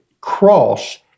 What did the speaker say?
cross